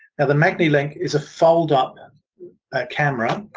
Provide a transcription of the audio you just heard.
and the magnilink is a fold-up camera